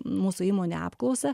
mūsų įmonių apklausą